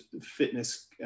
fitness